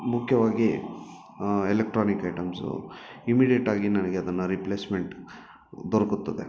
ಮುಖ್ಯವಾಗಿ electronic items immediate ಆಗಿ ನನಗೆ ಅದನ್ನು ರಿಪ್ಲೇಸ್ಮೆಂಟ್ ದೊರಕುತ್ತದೆ